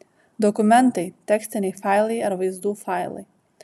dokumentai tekstiniai failai ar vaizdų failai